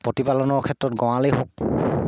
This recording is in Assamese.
প্ৰতিপালনৰ ক্ষেত্ৰত গঁৰালেই হওক